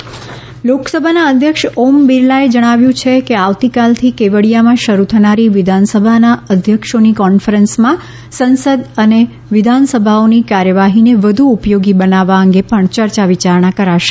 Covid signature tune Om Birla લોકસભાના અધ્યક્ષ ઓમ બિરલાએ જણાવ્યું છે કે આવતીકાલથી કેવડીયામાં શરૂ થનારી વિધાનસભાના અધ્યક્ષોની કોન્ફરન્સમાં સંસદ અને વિધાનસભાઓની કાર્યવાહીને વધુ ઉપયોગી બનાવવા અંગે પણ ચર્ચા વિચારણા કરાશે